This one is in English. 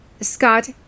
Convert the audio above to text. Scott